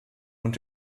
und